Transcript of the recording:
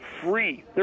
free